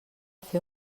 fer